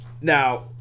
now